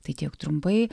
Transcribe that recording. tai tiek trumpai